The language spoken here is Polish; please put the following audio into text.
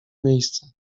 miejsca